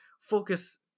focus